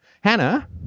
Hannah